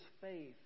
faith